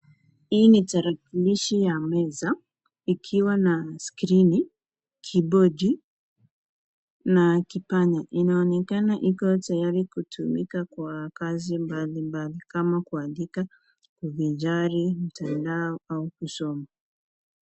Hii ni tarakilishu ya meza, ikiwa na skirini, kibodi na kipanya. Inaonekana Iko tayari kutumika kwa kazi mbali mbali kama kuandika, kuvinjari mutandao au kusoma.